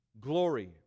Glory